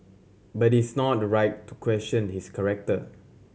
but it's not right to question his character